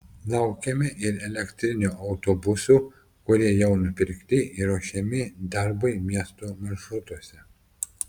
laukiame ir elektrinių autobusų kurie jau nupirkti ir ruošiami darbui miesto maršrutuose